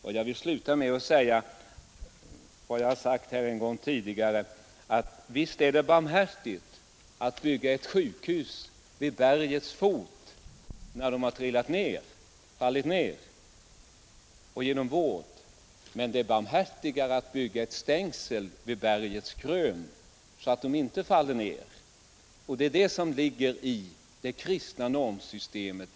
Jag vill till slut upprepa vad jag tidigare sagt, nämligen att det visst är barmhärtigt att bygga ett sjukhus vid bergets fot, där man tar hand om människor som faller ned, och ger dem vård, men det är barmhärtigare att bygga ett stängsel kring bergets krön, så att de inte faller ned. Det är det som är innebörden i det kristna normsystemet.